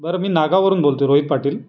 बरं मी नागाववरून बोलतो रोहित पाटील